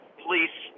police